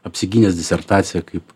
apsigynęs disertaciją kaip